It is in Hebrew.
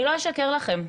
אני לא אשקר לכם,